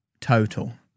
Total